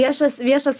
viešas viešas